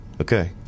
Okay